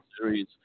series